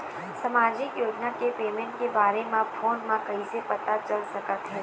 सामाजिक योजना के पेमेंट के बारे म फ़ोन म कइसे पता चल सकत हे?